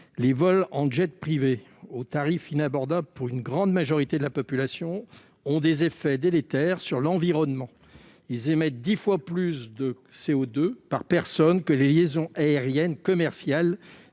Les vols en jet privé, aux tarifs inabordables pour une grande majorité de la population, ont des effets délétères sur l'environnement. Ils émettent dix fois plus de CO2 par personne que les liaisons aériennes commerciales,